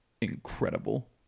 incredible